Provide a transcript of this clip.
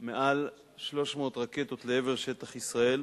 מעל 300 רקטות לעבר שטח ישראל,